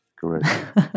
correct